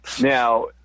Now